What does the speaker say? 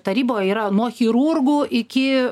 taryboj yra nuo chirurgų iki